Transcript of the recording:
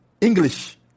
English